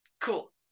cool